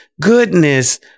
goodness